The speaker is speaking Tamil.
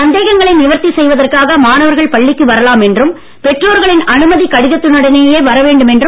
சந்தேகங்களை நிவர்த்தி செய்வதற்காக மாணவர்கள் பள்ளிக்கு வரலாம் என்றும் பெற்றோர்களின் அனுமதி கடிதத்தினுடனேயே வர வேண்டும் என்றும்